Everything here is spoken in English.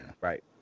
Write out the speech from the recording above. Right